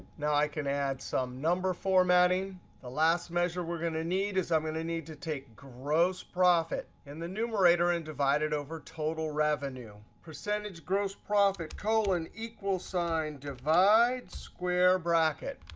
now i can add some number formatting the last measure we're going to need is i'm going to need to take gross profit in the numerator and divide it over total revenue. percentage gross profit colon equals sign divide square bracket.